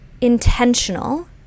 intentional